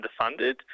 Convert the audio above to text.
underfunded